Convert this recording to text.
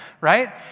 right